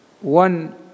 one